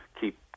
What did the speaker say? keep